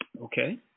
Okay